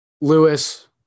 Lewis